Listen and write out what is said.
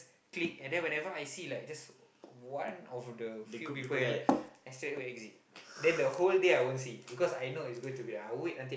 click and then whenever I see like just one of the few people then the whole day I won't see I will wait until